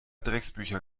drecksbücher